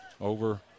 over